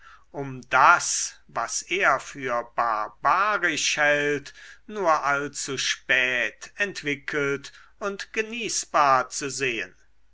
um das was er für barbarisch hält nur allzu spät entwickelt und genießbar zu sehen